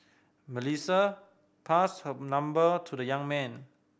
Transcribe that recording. Melissa passed her number to the young man